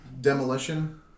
Demolition